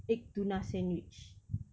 egg tuna sandwich